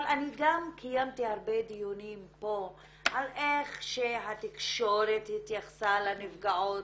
אבל אני גם קיימתי הרבה דיונים פה על איך שהתקשורת התייחסה לנפגעות,